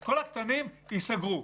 ייסגרו.